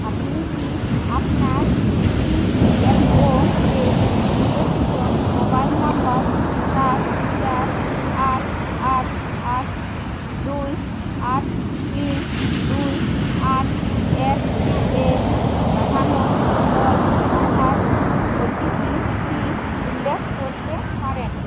আপনি কি আপনার ইপিএফওতে নিবন্ধিত মোবাইল নম্বর সাত চার আট আট আট দুই আট তিন দুই আট এক এ পাঠানো ছয় সংখ্যার ওটিপিটি উল্লেখ করতে পারেন